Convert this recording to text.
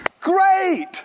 great